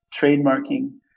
trademarking